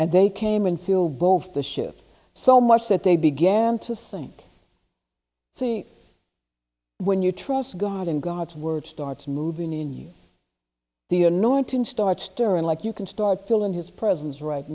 and they came and filled both the ship so much that they began to think see when you trust god and god's word starts moving in u the annoying tin starts stirring like you can start feeling his presence right